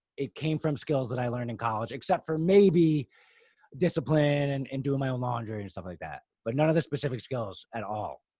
it came from skills that i learned in college, except for maybe discipline and and doing my own laundry and stuff like that. but none of the specific skills at all,